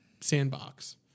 sandbox